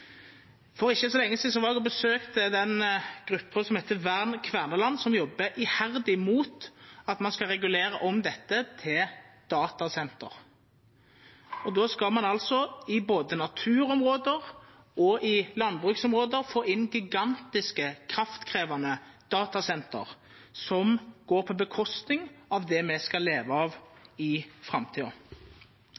For ikkje så lenge sidan besøkte eg den gruppa som heiter Vern Kvernaland, som jobbar iherdig mot at ein skal regulera om dette til datasenter. Då skal ein altså i både naturområde og i landbruksområde få inn gigantiske, kraftkrevjande datasenter som går på kostnad av det me skal leva av